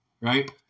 right